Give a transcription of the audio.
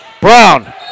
Brown